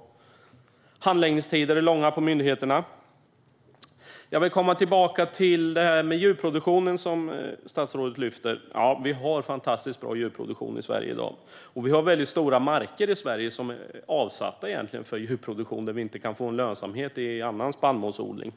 Vidare är handläggningstiderna på myndigheterna långa. Statsrådet lyfte fram djurproduktionen, och jag vill återkomma till det. Visst har vi fantastiskt fin djurproduktion i Sverige i dag. Vi har också avsatt stora markområden i Sverige för djurproduktion där vi inte kan få någon lönsamhet i något annat, till exempel spannmålsodling.